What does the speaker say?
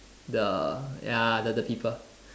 the ya the the people